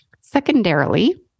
Secondarily